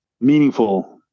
meaningful